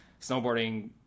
snowboarding